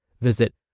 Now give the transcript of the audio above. Visit